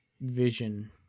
vision